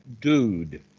dude